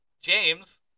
James